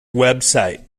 website